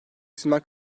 isimler